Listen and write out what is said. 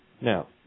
Now